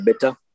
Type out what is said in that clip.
better